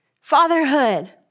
fatherhood